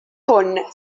hwn